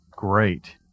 Great